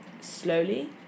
slowly